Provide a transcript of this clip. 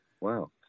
Wow